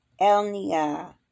Elnia